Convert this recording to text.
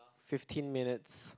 fifteen minutes